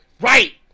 right